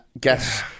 guess